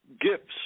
gifts